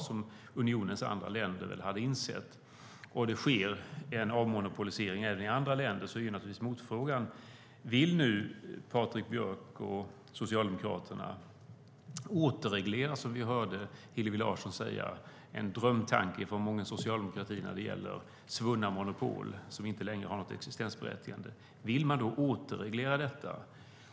Andra länder i unionen hade väl insett detta, och det skedde en avmonopolisering. Motfrågan är naturligtvis: Vill nu Patrik Björck och Socialdemokraterna återreglera, som vi hörde Hillevi Larsson säga? Det är en drömtanke för många socialdemokrater när det gäller svunna monopol, som inte längre har något existensberättigande. Vill man återreglera detta?